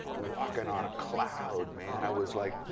walking on a cloud, man. i was like,